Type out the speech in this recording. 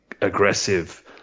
aggressive